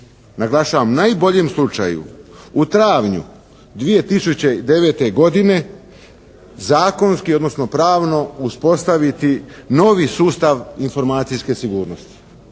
naglašavam najboljem slučaju, u travnju 2009. godine zakonski, odnosno pravno uspostaviti novi sustav informacijske sigurnosti.